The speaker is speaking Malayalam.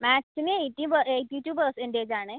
മാത്സിന് എയ്റ്റി എയ്റ്റി ടു പെർസെൻറേജ് ആണ്